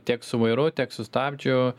tiek su vairu tiek su stabdžiu